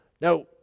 Now